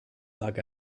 lag